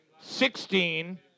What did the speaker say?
sixteen